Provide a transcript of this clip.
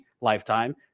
lifetime